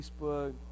Facebook